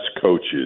coaches